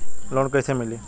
Loan कइसे मिलि?